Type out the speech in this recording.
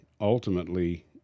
ultimately